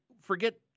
forget